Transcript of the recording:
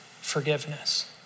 forgiveness